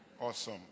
awesome